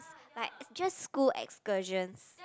like it's just school excursions